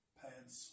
pads